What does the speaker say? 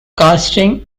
casting